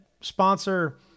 sponsor